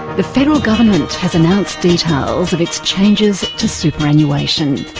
the federal government has announced details of its changes to superannuation.